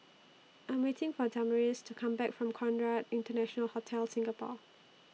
I Am waiting For Damaris to Come Back from Conrad International Hotel Singapore